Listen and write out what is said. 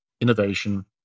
innovation